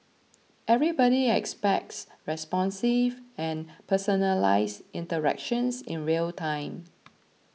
everybody expects responsive and personalised interactions in real time